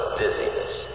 dizziness